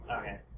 Okay